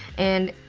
and,